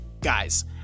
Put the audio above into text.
guys